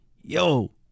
yo